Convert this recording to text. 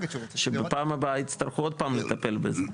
שבפעם הבאה יצטרכו עוד פעם לטפל בזה,